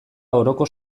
oroko